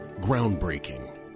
groundbreaking